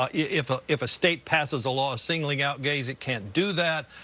ah if ah if a state passes a law singling out gays, it can't do that.